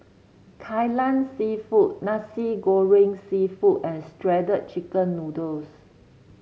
Kai Lan seafood Nasi Goreng seafood and Shredded Chicken Noodles